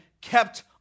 kept